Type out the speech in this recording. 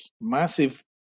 massive